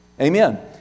Amen